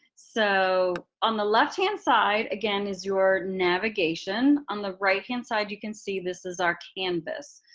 so on the left hand side, again, is your navigation, on the right hand side you can see this is our canvas,